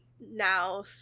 now